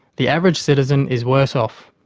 the average citizen is worse off.